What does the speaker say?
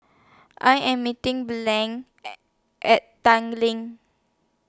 I Am meeting Blane A At Tanglin